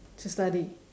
to study